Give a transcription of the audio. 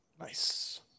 nice